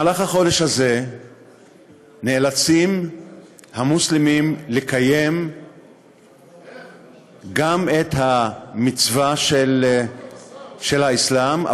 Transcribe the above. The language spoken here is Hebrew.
בחודש הזה נאלצים המוסלמים לקיים גם את המצווה של האסלאם,